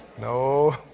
no